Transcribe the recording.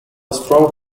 strong